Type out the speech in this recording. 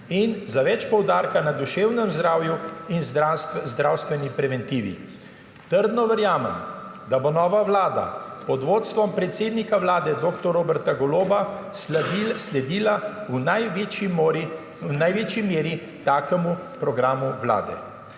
in za več poudarka na duševnem zdravju in zdravstveni preventivi. Trdno verjamem, da bo nova vlada pod vodstvom predsednika Vlade dr. Roberta Goloba sledila v največji meri takemu programu Vlade.